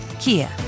Kia